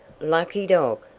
lucky dog,